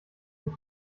mit